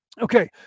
Okay